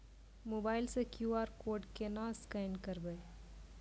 Mobile से QR code केना scan करबै?